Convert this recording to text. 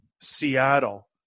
Seattle